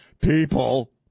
people